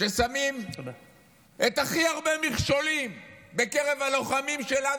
ששמים את הכי הרבה מכשולים בקרב הלוחמים שלנו,